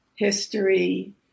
History